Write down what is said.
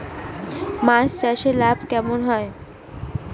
মাছ চাষে লাভ কেমন হয়?